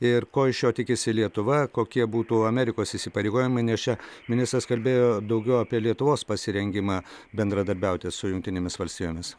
ir ko iš jo tikisi lietuva kokie būtų amerikos įsipareigojimai nes čia ministras kalbėjo daugiau apie lietuvos pasirengimą bendradarbiauti su jungtinėmis valstijomis